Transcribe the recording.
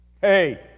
Hey